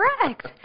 correct